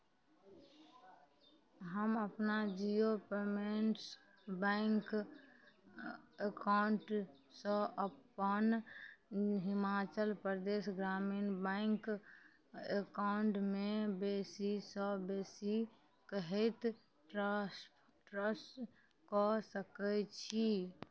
हम अपना Jio payments bank एकाउण्टसँ अपन हिमाचल प्रदेश ग्रामीण बैँक एकाउण्टमे बेसीसँ बेसी कतेक ट्रान्सफर कऽ सकै छी